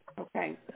Okay